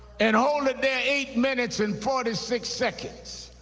and hold it there eight minutes and forty six seconds,